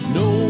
no